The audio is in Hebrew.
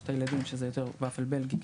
יש את הילדים שזה יותר וופל בלגי,